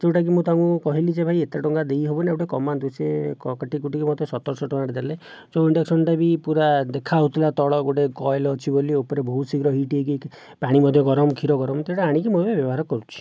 ଯେଉଁଟାକି ମୁଁ ତାଙ୍କୁ କହିଲି ଯେ ଭାଇ ଏତେ ଟଙ୍କା ଦେଇ ହେବନି ଆଉ ଟିକେ କମାନ୍ତୁ ସେ କାଟି କୁଟିକି ମୋତେ ସତରଶହ ଟଙ୍କାରେ ଦେଲେ ଯେଉଁ ଇଣ୍ଡକ୍ସନଟା ବି ପୁରା ଦେଖାହଉଥିଲା ତଳ ଗୋଟିଏ କଏଲ୍ ଅଛି ବୋଲି ଉପରେ ବହୁତ ଶୀଘ୍ର ହିଟ୍ ହୋଇକି ପାଣି ମଧ୍ୟ ଗରମ କ୍ଷୀର ଗରମ ତ ସେଇଟା ଆଣିକି ମୁଁ ଏବେ ବ୍ୟବହାର କରୁଛି